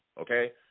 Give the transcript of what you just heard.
okay